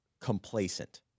complacent